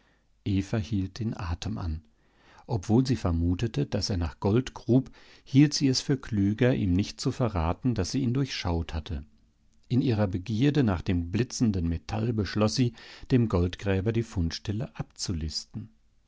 hielt den atem an obwohl sie vermutete daß er nach gold grub hielt sie es für klüger ihm nicht zu verraten daß sie ihn durchschaut hatte in ihrer begierde nach dem blitzenden metall beschloß sie dem goldgräber die fundstelle